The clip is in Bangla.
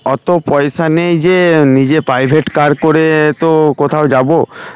অত পয়সা নেই যে নিজে প্রাইভেট কার করে তো কোথাও যাবো